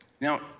Now